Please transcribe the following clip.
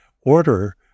order